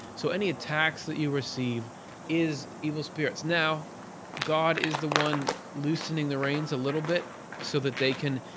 so any attacks that you receive is evil spirits. now god is the one loosening the reigns a little bit so that they can.